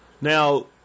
Now